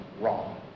wrong